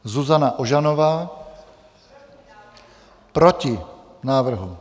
Zuzana Ožanová: Proti návrhu.